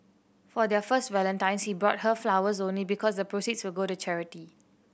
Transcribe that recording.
for their first Valentine's he bought her flowers only because the proceeds would go to charity